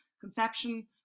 conception